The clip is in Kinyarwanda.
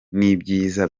n’ibyiza